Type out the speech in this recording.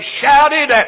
shouted